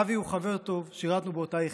אבי הוא חבר טוב, שירתנו באותה יחידה.